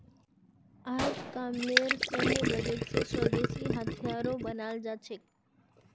अजकामलेर सैन्य बजट स स्वदेशी हथियारो बनाल जा छेक